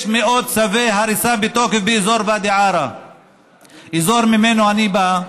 יש מאות צווי הריסה בתוקף באזור שממנו אני בא,